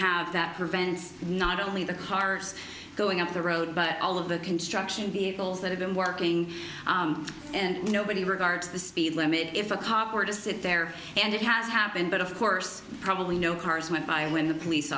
have that prevents not only the cars going up the road but all of the construction vehicles that have been working and nobody regards the speed limit if a cop were to sit there and it has happened but of course probably no cars went by when the police